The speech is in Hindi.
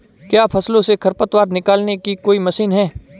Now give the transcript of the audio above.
क्या फसलों से खरपतवार निकालने की कोई मशीन है?